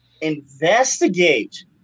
investigate